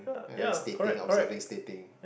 stating observing stating